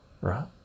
right